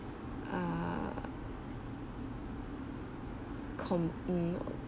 err com mm